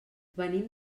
venim